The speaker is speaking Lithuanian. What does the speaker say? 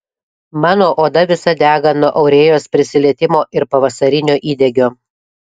mano oda visa dega nuo aurėjos prisilietimo ir pavasarinio įdegio